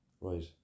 right